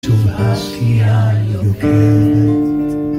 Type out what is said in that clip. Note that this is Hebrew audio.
תודה שהיה לכם